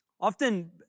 often